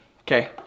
Okay